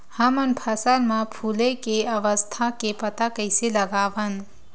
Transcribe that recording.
हमन फसल मा फुले के अवस्था के पता कइसे लगावन?